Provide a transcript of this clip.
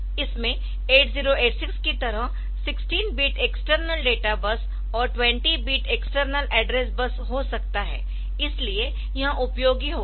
इसमें 8086 की तरह 16 बिट एक्सटर्नल डेटा बस और 20 बिट एक्सटर्नल एड्रेस बस हो सकता है इसलिए यह उपयोगी होगा